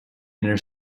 inner